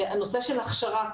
הנושא של הכשרה,